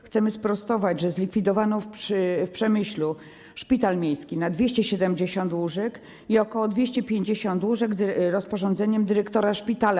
Chcemy sprostować: zlikwidowano w Przemyślu szpital miejski na 270 łóżek i ok. 250 łóżek rozporządzeniem dyrektora szpitala.